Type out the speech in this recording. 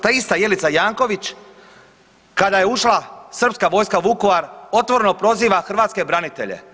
Ta ista Jelica Janković kada je ušla srpska vojska u Vukovar otvoreno proziva hrvatske branitelje.